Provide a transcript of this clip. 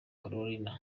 carolina